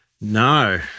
No